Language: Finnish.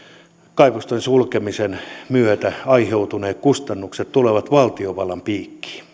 kaivosten sulkemisen myötä aiheutuneet kustannukset tulevat valtiovallan piikkiin